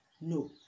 No